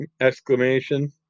exclamation